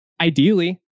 Ideally